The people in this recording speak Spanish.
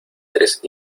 tres